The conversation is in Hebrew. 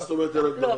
מה זאת אומרת אין הגדרה?